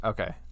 Okay